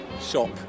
shop